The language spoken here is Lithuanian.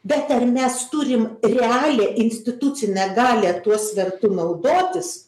bet ar mes turim realią institucinę galią tuo svertu naudotis